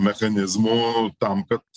mechanizmų tam kad